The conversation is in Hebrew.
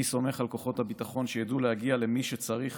אני סומך על כוחות הביטחון שידעו להגיע למי שצריך